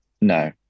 No